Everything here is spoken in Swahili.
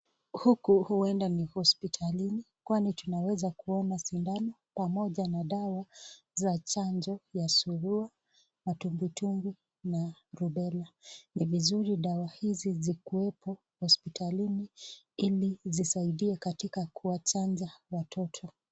Huku huenda ni hospitalini kwani tunaweza kuona sindano pamoja na dawa za chanjo za surua, matumbwitumbwi rubela, ni vizuri dawa hizi zikuwepo hospitalini ili zisaidie katika kuwachanja watoto.